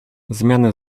zmiany